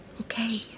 Okay